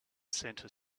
center